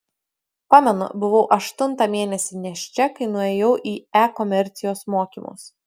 pamenu buvau aštuntą mėnesį nėščia kai nuėjau į e komercijos mokymus